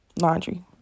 laundry